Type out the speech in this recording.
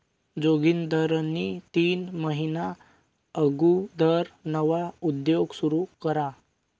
जोगिंदरनी तीन महिना अगुदर नवा उद्योग सुरू करा